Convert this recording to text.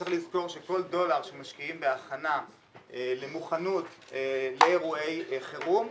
צריך לזכור שכל דולר שמשקיעים בהכנה למוכנות לאירועי חירום,